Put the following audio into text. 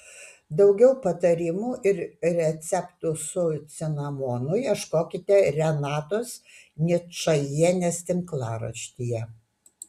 daugiau patarimų ir receptų su cinamonu ieškokite renatos ničajienės tinklaraštyje